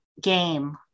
game